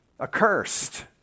accursed